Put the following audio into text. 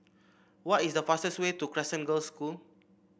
what is the fastest way to Crescent Girls' School